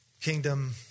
kingdom